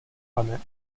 pane